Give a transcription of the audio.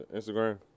Instagram